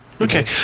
Okay